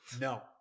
No